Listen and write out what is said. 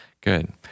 Good